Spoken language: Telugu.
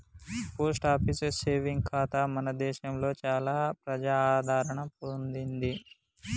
పోస్ట్ ఆఫీస్ సేవింగ్ ఖాతా మన దేశంలో చాలా ప్రజాదరణ పొందింది